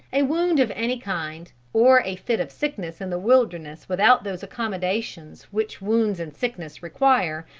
a wound of any kind, or a fit of sickness in the wilderness without those accommodations which wounds and sickness require,